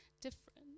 different